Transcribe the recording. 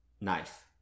Knife